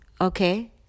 Okay